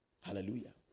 Hallelujah